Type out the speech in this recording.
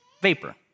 vapor